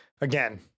again